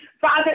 Father